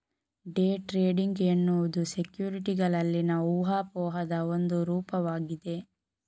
day trading ಎನ್ನುವುದು ಸೆಕ್ಯುರಿಟಿಗಳಲ್ಲಿನ ಊಹಾಪೋಹದ ಒಂದು ರೂಪವಾಗಿದೆ